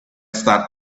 start